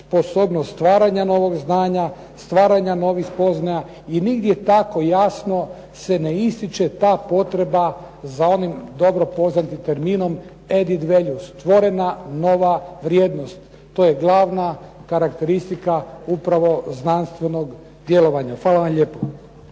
sposobnost stvaranja novog znanja, stvaranja novih spoznaja i nigdje tako jasno se ne ističe ta potreba za onim dobro poznatim terminom "added values", stvorena nova vrijednost, to je glavna karakteristika upravo znanstvenog djelovanja. Hvala vam lijepo.